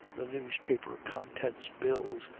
the newspaper contents bills,